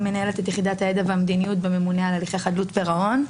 אני מנהלת את יחידת הידע והמדיניות בממונה על הליכי חדלות פירעון.